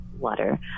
water